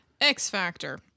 x-factor